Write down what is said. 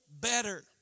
better